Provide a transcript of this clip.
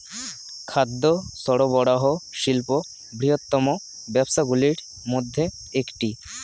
খাদ্য সরবরাহ শিল্প বৃহত্তম ব্যবসাগুলির মধ্যে একটি